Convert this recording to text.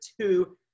two